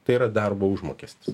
tai yra darbo užmokestis